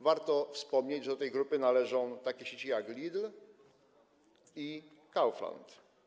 Warto wspomnieć, że do tej grupy należą takie sieci jak Lidl i Kaufland.